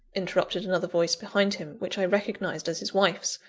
interrupted another voice behind him, which i recognised as his wife's,